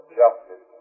justice